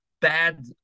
bad